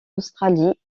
australie